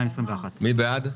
מי בעד ההסתייגות?